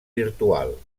virtual